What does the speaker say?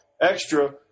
extra